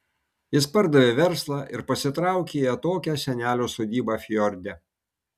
jis pardavė verslą ir pasitraukė į atokią senelio sodybą fjorde